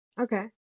Okay